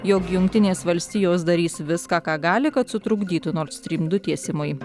jog jungtinės valstijos darys viską ką gali kad sutrukdytų nord strym du tiesimui